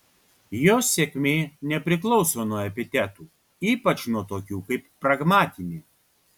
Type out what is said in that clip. jos sėkmė nepriklauso nuo epitetų ypač nuo tokių kaip pragmatinė